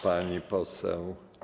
Pani poseł.